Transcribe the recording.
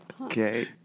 Okay